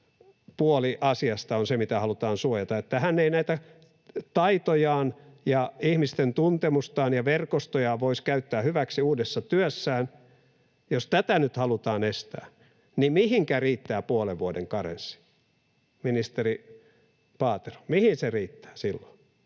puoli asiasta on se, mitä halutaan suojata, se, että hän ei näitä taitojaan ja ihmisten tuntemustaan ja verkostojaan voisi käyttää hyväksi uudessa työssään, jos tätä nyt halutaan estää, niin mihinkä riittää puolen vuoden karenssi? Ministeri Paatero, mihin se riittää silloin?